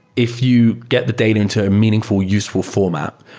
if you get the data into a meaningful, useful format,